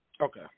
Okay